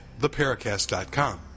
theparacast.com